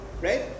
right